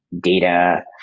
data